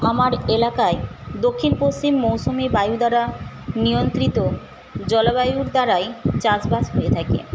আমার এলাকায় দক্ষিণ পশ্চিম মৌসুমী বায়ু দ্বারা নিয়ন্ত্রিত জলবায়ুর দ্বারাই চাষবাস হয়ে থাকে